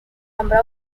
number